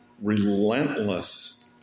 relentless